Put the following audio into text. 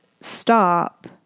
stop